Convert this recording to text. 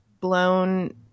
blown